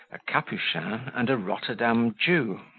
a capuchin, and a rotterdam jew.